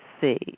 see